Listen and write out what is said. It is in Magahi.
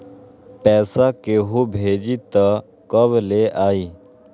पैसा केहु भेजी त कब ले आई?